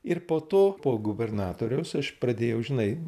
ir po to po gubernatoriaus aš pradėjau žinai